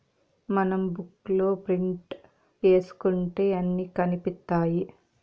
మనం బుక్ లో ప్రింట్ ఏసుకుంటే అన్ని కనిపిత్తాయి